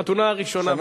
בחתונה הראשונה.